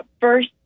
first